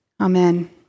Amen